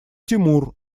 тимур